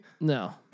No